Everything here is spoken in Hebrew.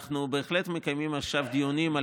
אנחנו בהחלט מקיימים עכשיו דיונים על